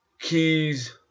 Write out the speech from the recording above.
keys